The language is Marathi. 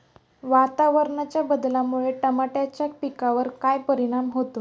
वातावरणाच्या बदलामुळे टमाट्याच्या पिकावर काय परिणाम होतो?